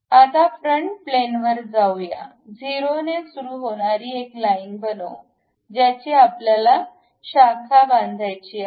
आता फ्रंट प्लॅनवर जाऊया 0 ने सुरू होणारी एक लाईन बनवू ज्याची आपल्याला शाखा बांधायची आहे